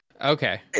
Okay